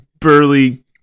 burly